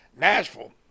Nashville